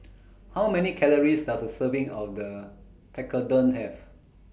How Many Calories Does A Serving of The Tekkadon Have